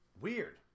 Weird